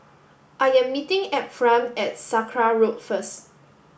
I am meeting Ephram at Sakra Road first